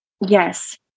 Yes